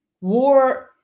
war